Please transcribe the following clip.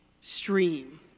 stream